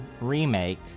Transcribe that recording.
remake